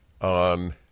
on